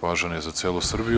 važan je za celu Srbiju.